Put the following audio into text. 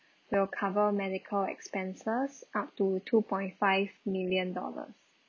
they'll cover medical expenses up to two point five million dollars